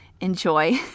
enjoy